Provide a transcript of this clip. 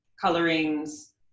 colorings